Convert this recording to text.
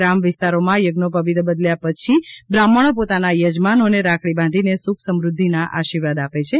ગ્રામ વિસ્તારોમાં યજ્ઞોપવિત બદલ્યા પછી બ્રાહ્મણો પોતાના યજમાનોને રાખડી બાંધીને સુખ સમૃઘ્ઘિના આશીર્વાદ આપે છે